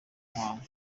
muhango